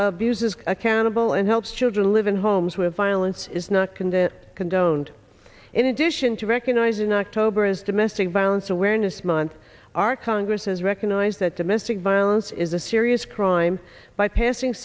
is accountable and helps children live in homes where violence is not condemn condoned in addition to recognizing october as domestic violence awareness month our congress has recognized that domestic violence is a serious crime by passing